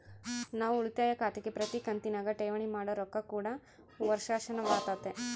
ನಾವು ಉಳಿತಾಯ ಖಾತೆಗೆ ಪ್ರತಿ ಕಂತಿನಗ ಠೇವಣಿ ಮಾಡೊ ರೊಕ್ಕ ಕೂಡ ವರ್ಷಾಶನವಾತತೆ